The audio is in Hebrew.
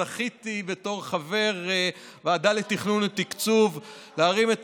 זכיתי בתור חבר הוועדה לתכנון ולתקצוב להרים את